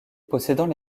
possédant